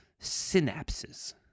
synapses